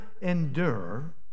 endure